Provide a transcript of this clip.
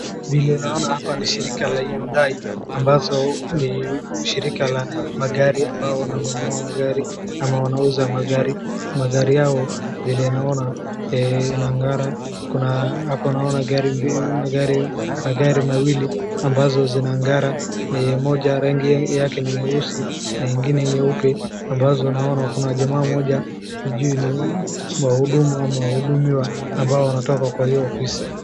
Vile naona hapa ni shirika la hyundai ambazo ni shirika la magari ambao wananunua gari ama wanauza magari. Magari yao vile naona inangara. Hapo vile naona magari mawili ambazo zinang'ara moja rangi yake ni nyeusi na ingine nyeupe ambazo kuna jamaa mmoja sijui ni wahudumu ama wahudumiwa ambao wanatoka kwa hiyo ofisi.